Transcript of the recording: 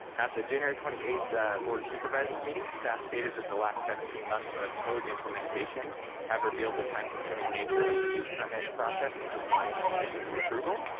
at the january twenty eighth board of supervisors meeting, staff stated that the last seventeen months of code implementation have revealed the time consuming nature of the use permit process and complying with the conditions of approval.